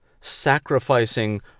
sacrificing